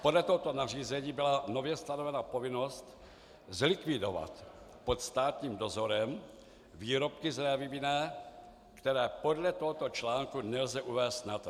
Podle tohoto nařízení byla nově stanovena povinnost zlikvidovat pod státním dozorem výrobky z révy vinné, které podle tohoto článku nelze uvést na trh.